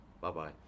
Bye-bye